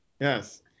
yes